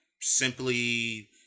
simply